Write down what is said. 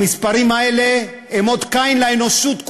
המספרים האלה הם אות קין לאנושות כולה.